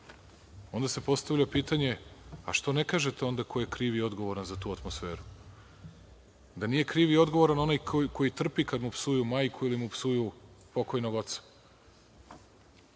onda se postavlja pitanje – a što ne kažete onda ko je kriv i odgovoran za tu atmosferu? Da nije kriv i odgovoran onaj koji trpi kad mu psuju majku ili mu psuju pokojnog oca?